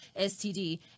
STD